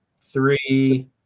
three